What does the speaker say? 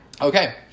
Okay